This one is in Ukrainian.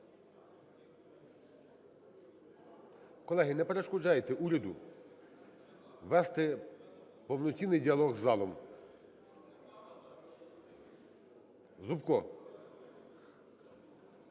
Колеги, не перешкоджайте уряду вести повноцінний діалог з залом. Зубко.